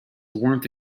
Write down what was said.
warmth